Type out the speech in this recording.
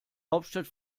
hauptstadt